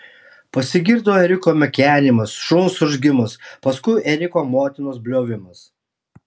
pasigirdo ėriuko mekenimas šuns urzgimas paskui ėriuko motinos bliovimas